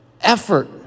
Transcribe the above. effort